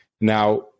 Now